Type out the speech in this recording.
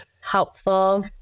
helpful